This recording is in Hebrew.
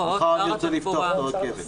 מחר אני רוצה לפתוח את הרכבת.